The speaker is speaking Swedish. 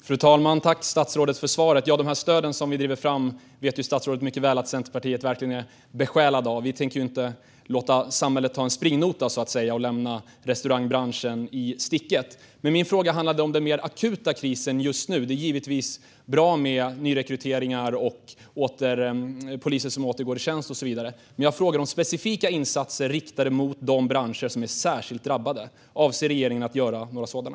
Fru talman! Tack, statsrådet, för svaret! Centerpartiet är verkligen besjälade av att driva fram de stöden. Det vet statsrådet mycket väl. Vi tänker inte låta samhället ta en så att säga springnota och lämna restaurangbranschen i sticket. Min fråga handlade dock om den mer akuta krisen, just nu. Det är givetvis bra med nyrekryteringar, poliser som återgår i tjänst och så vidare. Men jag frågade om specifika insatser riktade till de branscher som är särskilt drabbade. Avser regeringen att komma med några sådana?